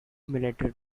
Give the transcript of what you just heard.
military